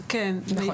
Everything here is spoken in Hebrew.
כן.